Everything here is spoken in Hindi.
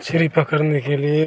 मछली पकड़ने के लिए